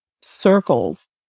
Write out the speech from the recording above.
circles